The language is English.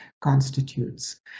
constitutes